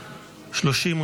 לא נתקבלה.